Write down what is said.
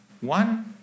One